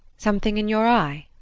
something in your eye?